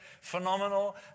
phenomenal